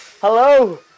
Hello